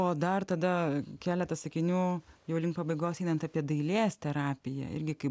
o dar tada keletas sakinių jau link pabaigos einant apie dailės terapiją irgi kaip